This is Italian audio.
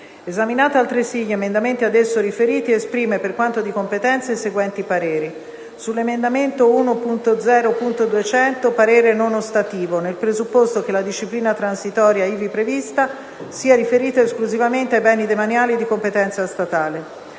Esaminati, altresì, gli emendamenti ad esso riferiti, esprime, per quanto di competenza, i seguenti pareri: - sull'emendamento 1.0.200 parere non ostativo, nel presupposto che la disciplina transitoria ivi prevista sia riferita esclusivamente ai beni demaniali di competenza statale;